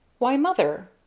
why, mother!